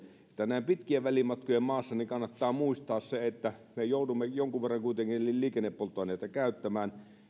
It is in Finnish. näin pitkien välimatkojen maassa kannattaa muistaa se että me joudumme jonkun verran kuitenkin liikennepolttoaineita käyttämään